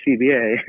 CBA